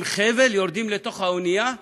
עם חבל יורדים לתוך האונייה?